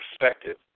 perspective